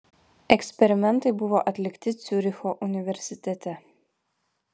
eksperimentai buvo atlikti ciuricho universitete